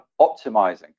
optimizing